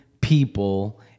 people